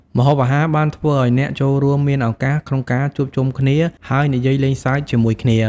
ម្ហូបអាហារបានធ្វើឲ្យអ្នកចូលរួមមានឱកាសក្នុងការជួបជុំគ្នាហើយនិយាយលេងសើចជាមួយគ្នា។